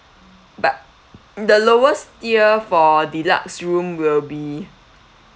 but the lowest tier for deluxe room will be